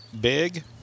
Big